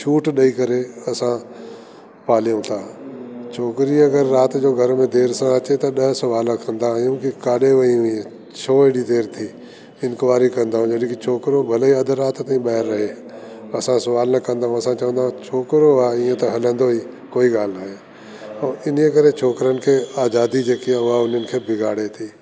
छोट ॾई करे असां पालियऊं ता छोकरी अगरि रात जो देर सां अचे त ॾह सवाल कंदा आयूं कि काॾे वई हुईंअ छो एॾी देर थी इंक़्वायरी कंदा वञा छोकरो भले ई अधु रात ताईं ॿाहिर रहे असांस सुवाल न कंदायूं चवंद छोकरो आ इअं त हलंदो आ कोइ ॻाल्हि नाहे अऊं इन्हीअ करे छोकरन खे जेका आजादी आ उअ बिगाड़े ती